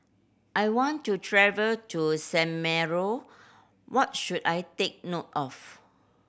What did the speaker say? I want to travel to San Marino what should I take note of